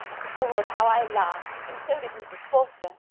lord! how i laughed! and so did mrs. forster.